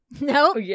No